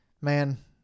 man